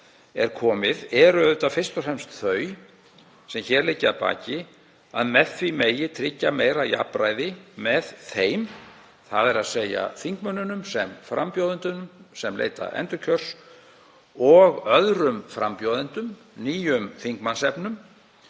er komið, eru auðvitað fyrst og fremst þau sem hér liggja að baki, að með því megi tryggja meira jafnræði með þingmönnunum sem frambjóðendum sem leita endurkjörs og öðrum frambjóðendum, nýjum þingmannsefnum